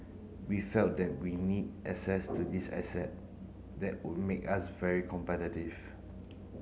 we felt that we need access to these asset that would make us very competitive